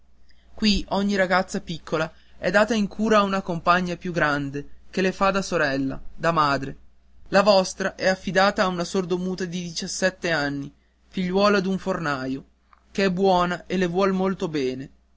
qui ogni ragazza piccola è data in cura a una compagna più grande che le fa da sorella da madre la vostra è affidata a una sordomuta di diciassette anni figliuola d'un fornaio che è buona e le vuol bene